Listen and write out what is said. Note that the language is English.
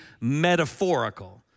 metaphorical